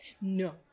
No